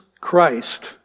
Christ